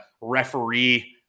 referee